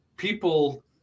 People